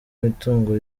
mitungo